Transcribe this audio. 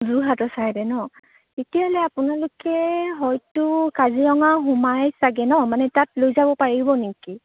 যোৰহাটৰ ছাইদে ন' তেতিয়াহ'লে আপোনালোকে হয়তো কাজিৰঙা সোমায় চাগৈ ন' মানে তাত লৈ যাব পাৰিব নেকি